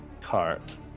cart